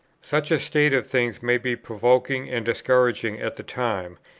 such a state of things may be provoking and discouraging at the time,